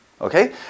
Okay